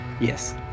Yes